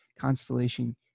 constellation